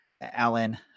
Alan